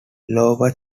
lower